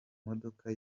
modoka